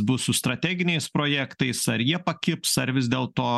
bus su strateginiais projektais ar jie pakibs ar vis dėl to